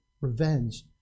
revenge